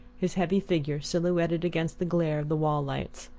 his heavy figure silhouetted against the glare of the wall-lights.